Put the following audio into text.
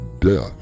Death